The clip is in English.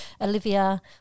Olivia